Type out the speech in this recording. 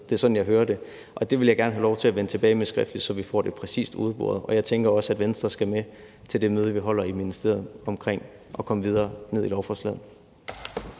Det er sådan, jeg hører det. Og det vil jeg gerne have lov til at vende tilbage med skriftligt, så vi får det præcist udboret. Og jeg tænker også, at Venstre skal med til det møde, vi holder i ministeriet om at komme videre ned i lovforslaget.